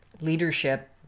leadership